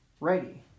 righty